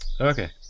Okay